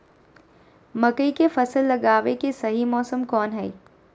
मकई के फसल लगावे के सही मौसम कौन हाय?